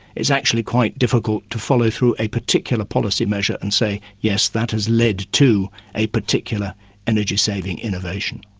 it's actually quite difficult to follow through a particular policy measure and say yes, that has led to a particular energy saving innovation.